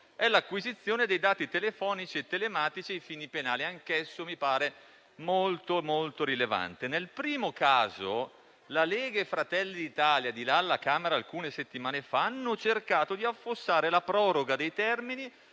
è l'acquisizione dei dati telefonici e telematici a fini penali, anch'esso, mi pare, molto molto rilevante. Nel primo caso, la Lega e Fratelli d'Italia, alla Camera alcune settimane fa, hanno cercato di affossare la proroga dei termini